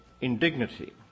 indignity